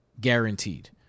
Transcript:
guaranteed